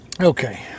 Okay